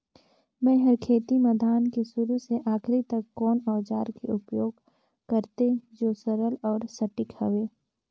मै हर खेती म धान के शुरू से आखिरी तक कोन औजार के उपयोग करते जो सरल अउ सटीक हवे?